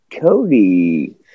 Cody